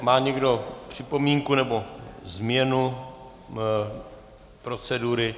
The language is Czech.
Má někdo připomínku nebo změnu procedury?